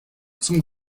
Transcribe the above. zum